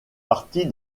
partie